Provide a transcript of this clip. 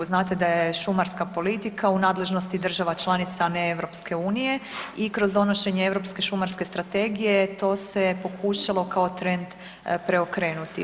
Znate da je šumarska politika u nadležnosti država članica ne Europske unije i kroz donošenje Europske šumarske strategije to se pokušalo kao trend preokrenuti.